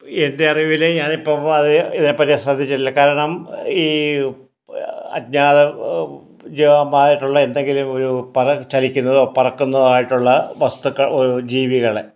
എൻ്റെ അറിവില് ഞാനിപ്പോൾ അത് ഇതേപ്പറ്റി ശ്രദ്ധിച്ചിട്ടില്ല കാരണം ഈ അജ്ഞാത ജീവമായിട്ടുള്ള എന്തെങ്കിലും ഒരു പകൽ ചലിക്കുന്നതോ പറക്കുന്നതോ ആയിട്ടുള്ള വസ്തുക്കൾ ജീവികളെ